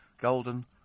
Golden